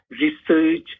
research